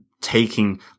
taking